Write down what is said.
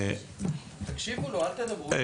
תקשיבו לו, אל תדברו.